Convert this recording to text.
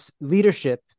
leadership